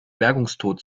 bergungstod